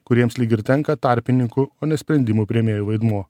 kuriems lyg ir tenka tarpininkų o ne sprendimų priėmėjų vaidmuo